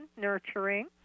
nurturing